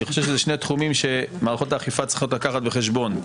אני חושב שזה שני תחומים שמערכות האכיפה צריכות לקחת בחשבון.